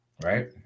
right